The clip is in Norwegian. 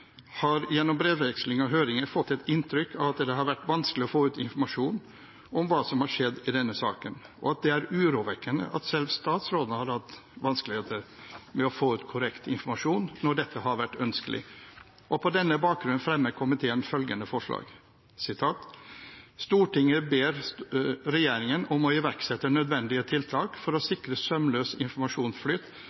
har gjennom brevveksling og høringer fått et inntrykk av at det har vært vanskelig å få ut informasjon om hva som har skjedd i denne saken, og det er urovekkende at selv statsråden har hatt vanskeligheter med å få ut korrekt informasjon når dette har vært ønskelig. På denne bakgrunn fremmer komiteen følgende forslag: «Stortinget ber regjeringen iverksette nødvendige tiltak for å sikre sømløs informasjonsflyt